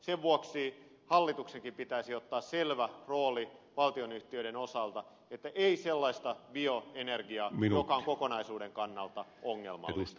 sen vuoksi hallituksenkin pitäisi ottaa selvä rooli valtionyhtiöiden osalta että ei käytettäisi sellaista bioenergiaa joka on kokonaisuuden kannalta ongelmallista